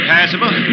Passable